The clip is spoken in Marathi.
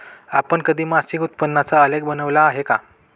आपण कधी मासिक उत्पन्नाचा आलेख बनविला आहे का?